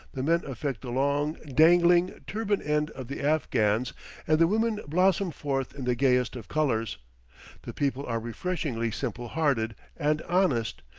the men affect the long, dangling, turban-end of the afghans and the women blossom forth in the gayest of colors the people are refreshingly simple-hearted and honest,